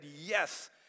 yes